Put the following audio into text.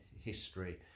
history